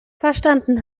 verstanden